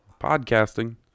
podcasting